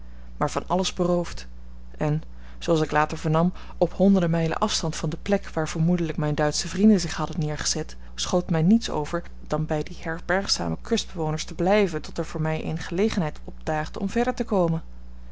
maar van alles beroofd en zooals ik later vernam op honderden mijlen afstand van de plek waar vermoedelijk mijne duitsche vrienden zich hadden neergezet schoot mij niets over dan bij die herbergzame kustbewoners te blijven tot er voor mij eene gelegenheid opdaagde om verder te komen